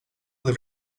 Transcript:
will